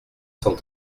cent